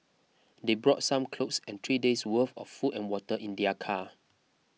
they brought some clothes and three days' worth of food and water in their car